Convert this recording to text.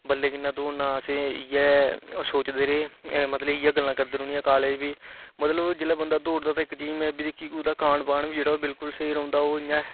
इयै सोचदे रेह् मतलब इये गल्लां करदी रौहनियां काॅलेज बी मतलब जिसले बंदा दौड़दा ते इक चीज में एह बी दिक्खी कि ओहदा खान पान बी जेहडा ओह् बिलकुल स्हेई रौंहदा ओह्